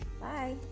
Bye